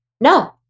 no